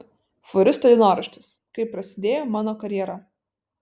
fūristo dienoraštis kaip prasidėjo mano karjera